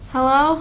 Hello